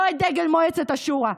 לא את דגל מועצת השורא.